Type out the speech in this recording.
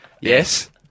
Yes